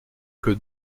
que